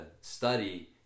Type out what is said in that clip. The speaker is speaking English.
study